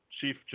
Chief